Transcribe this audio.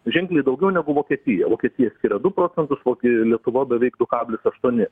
ženkliai daugiau negu vokietija vokietija skiria du procentus o kai lietuva beveik du kablis aštuoni